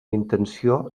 intenció